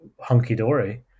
hunky-dory